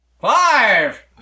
Five